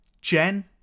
Jen